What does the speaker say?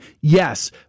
yes